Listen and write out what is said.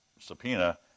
subpoena